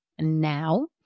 now